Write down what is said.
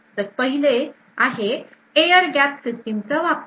तर पहिले आहे air gapped system चा वापर